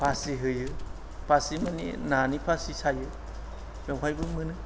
फासि होयो फासि माने नानि फासि सायो बेवहायबो मोनो